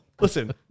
Listen